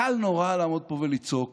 קל נורא לעמוד פה ולצעוק.